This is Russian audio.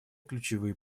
ключевые